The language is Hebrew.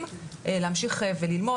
להמשיך וללמוד,